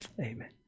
Amen